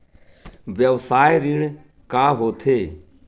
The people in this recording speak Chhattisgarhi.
व्यवसाय ऋण का होथे?